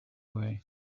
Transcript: way